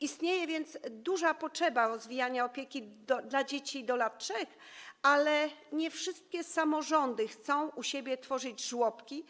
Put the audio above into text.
Istnieje więc duża potrzeba rozwijania opieki dla dzieci do lat 3, ale nie wszystkie samorządy chcą u siebie tworzyć żłobki.